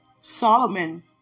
Solomon